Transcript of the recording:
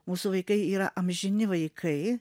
mūsų vaikai yra amžini vaikai